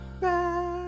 Back